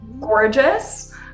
gorgeous